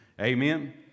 Amen